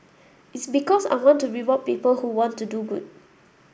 it's because I want to reward people who want to do good